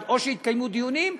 או שיתקיימו דיונים,